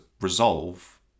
resolve